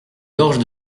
gorges